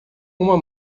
uma